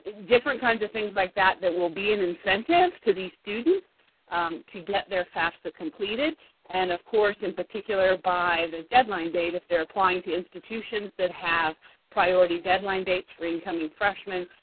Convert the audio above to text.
different kinds of things like that that will be an incentive to these students to get their fafsa completed, and, of course, in particular by the deadline date if they're applying to institutions that have priority deadline dates for incoming freshmen.